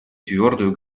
твердую